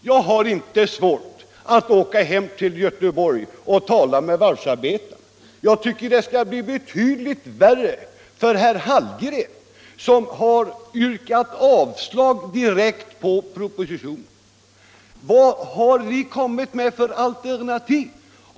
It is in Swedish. Jag har inte svårt att åka hem till Göteborg och tala med varvsarbetarna. Jag tycker det skall bli betydligt värre för herr Hallgren, som har yrkat direkt avslag på propositionen. Vad har vi för alternativ?